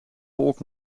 volk